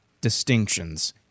distinctions